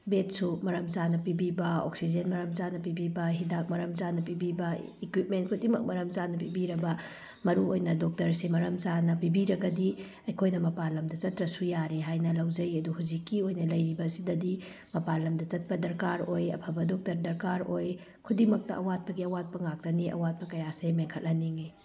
ꯕꯦꯠꯁꯨ ꯃꯔꯝ ꯆꯥꯅ ꯄꯤꯕꯤꯕ ꯑꯣꯛꯁꯤꯖꯦꯟ ꯃꯔꯝ ꯆꯥꯅ ꯄꯤꯕꯤꯕ ꯍꯤꯗꯥꯛ ꯃꯔꯝ ꯆꯥꯅ ꯄꯤꯕꯤꯕ ꯏꯀ꯭ꯋꯤꯞꯃꯦꯟ ꯈꯨꯗꯤꯡꯃꯛ ꯃꯔꯝ ꯆꯥꯅ ꯄꯤꯕꯤꯔꯕ ꯃꯔꯨ ꯑꯣꯏꯅ ꯗꯣꯛꯇꯔꯁꯦ ꯃꯔꯝ ꯆꯥꯅ ꯄꯤꯕꯤꯔꯒꯗꯤ ꯑꯩꯈꯣꯏꯅ ꯃꯄꯥꯟ ꯂꯝꯗ ꯆꯠꯇ꯭ꯔꯁꯨ ꯌꯥꯔꯦ ꯍꯥꯏꯅ ꯂꯧꯖꯩ ꯑꯗꯨ ꯍꯧꯖꯤꯛꯀꯤ ꯑꯣꯏꯅ ꯂꯩꯔꯤꯕ ꯑꯁꯤꯗꯗꯤ ꯃꯄꯥꯟ ꯂꯝꯗ ꯆꯠꯄ ꯗꯔꯀꯥꯔ ꯑꯣꯏ ꯑꯐꯕ ꯗꯣꯛꯇꯔ ꯗꯔꯀꯥꯔ ꯑꯣꯏ ꯈꯨꯗꯤꯡꯃꯛꯇ ꯑꯋꯥꯠꯄꯒꯤ ꯑꯋꯥꯠꯄ ꯉꯥꯛꯇꯅꯤ ꯑꯋꯥꯠꯄ ꯀꯌꯥꯁꯦ ꯃꯦꯟꯈꯠꯍꯟꯅꯤꯡꯏ